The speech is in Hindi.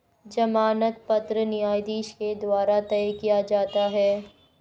जमानत पत्र न्यायाधीश के द्वारा तय किया जाता है